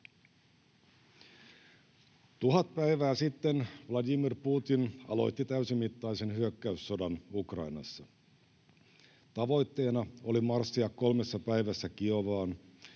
1 000 päivää sitten Vladimir Putin aloitti täysimittaisen hyökkäyssodan Ukrainassa. Tavoitteena oli marssia kolmessa päivässä Kiovaan,